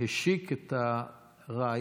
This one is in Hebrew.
והשיק את הרעיון,